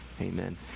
Amen